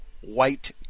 white